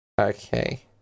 Okay